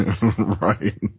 Right